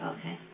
Okay